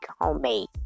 homemade